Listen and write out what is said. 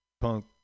punk